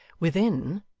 within,